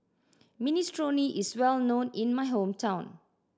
minestrone is well known in my hometown